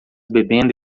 bebendo